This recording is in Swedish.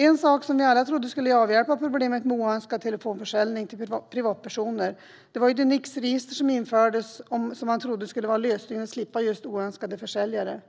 En sak som vi alla trodde skulle avhjälpa problemet med oönskad telefonförsäljning till privatpersoner var Nixregistret. Man trodde att det skulle vara lösningen för att slippa oönskade försäljare.